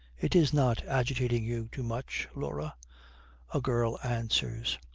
it is not agitating you too much, laura a girl answers,